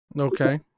Okay